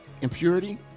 impurity